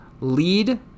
lead